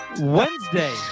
Wednesday